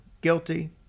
guilty